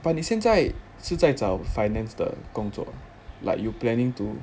but 你现在是在找 finance 的工作 like you planning to